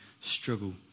struggle